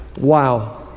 Wow